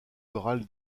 chorale